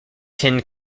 tin